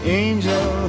angel